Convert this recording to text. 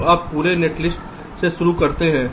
तो आप पूरे नेटलिस्ट से शुरू करते हैं